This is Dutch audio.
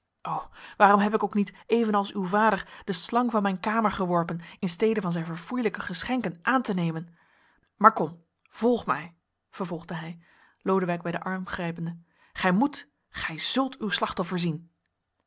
o waarom heb ik ook niet evenals uw vader den slang van mijn kamer geworpen in stede van z'n verfoeilijke geschenken aan te nemen maar kom volg mij vervolgde hij lodewijk bij den arm grijpende gij moet gij zult uw slachtoffer zien